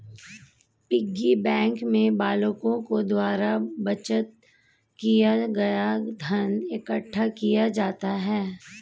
piggy bank में बालकों के द्वारा बचत किया गया धन इकट्ठा किया जाता है